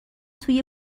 توی